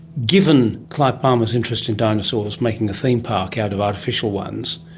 given clive palmer's interest in dinosaurs, making a theme park out of artificial ones,